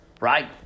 right